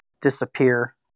disappear